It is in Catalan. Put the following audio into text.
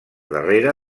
darrere